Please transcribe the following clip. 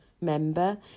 member